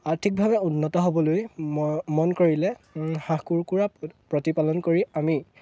আৰ্থিকভাৱে উন্নত হ'বলৈ মন কৰিলে হাঁহ কুকুৰা প্ৰতিপালন কৰি আমি